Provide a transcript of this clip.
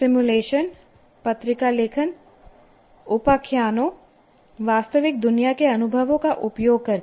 simulation पत्रिका लेखन उपाख्यानों वास्तविक दुनिया के अनुभवों का उपयोग करके